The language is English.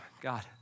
God